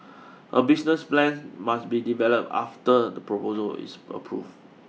a business plan must be developed after the proposal is approved